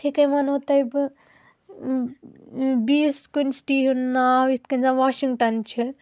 یِتھَے کَنۍ وَنو تۄہہِ بہٕ بِیِس کُنہِ سِٹی ہُنٛد ناو یِتھ کَنۍ زن واشِنٛگٹَن چھِ